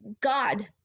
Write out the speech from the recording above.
god